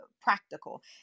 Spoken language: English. practical